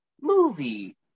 movie